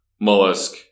Mollusk